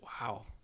Wow